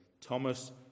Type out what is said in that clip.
thomas